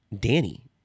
Danny